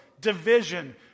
division